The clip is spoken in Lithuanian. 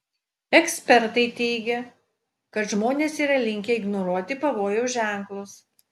ekspertai teigia kad žmonės yra linkę ignoruoti pavojaus ženklus